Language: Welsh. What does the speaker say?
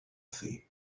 thi